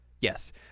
Yes